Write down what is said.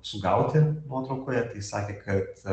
sugauti nuotraukoje tai sakė kad